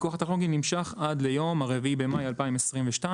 הפיקוח הטכנולוגי נמשך עד ליום ה-4 במאי 2022,